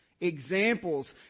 Examples